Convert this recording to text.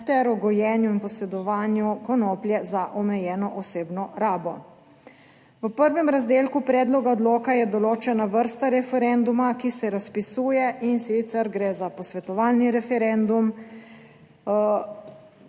ter o gojenju in posedovanju konoplje za omejeno osebno rabo. V prvem razdelku predloga odloka je določena vrsta referenduma, ki se razpisuje, in sicer gre za posvetovalni referendum,